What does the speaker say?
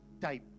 type